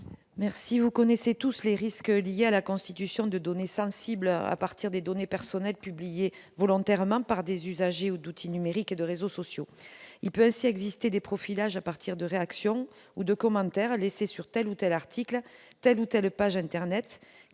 Carrère. Vous connaissez tous les risques liés à la constitution de données sensibles à partir des données personnelles publiées volontairement pas des usagers d'outils numériques et de réseaux sociaux. Il peut ainsi exister des profilages à partir de « réactions » ou de commentaires laissés sur tel ou tel article, telle ou telle page internet,